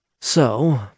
So